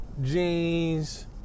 jeans